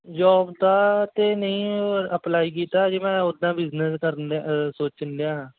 job ਦਾ 'ਤੇ ਨਹੀਂ ਅਪਲਾਈ ਕੀਤਾ ਹਜੇ ਮੈਂ ਉੱਦਾਂ ਬਿਜ਼ਨਸ ਕਰਨ ਦ ਸੋਚਣ ਡਿਆ ਹਾਂ